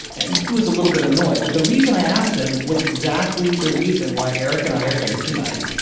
and he was a little bit annoyed. but the reason i asked him was exactly the reason why eric and i are here tonight,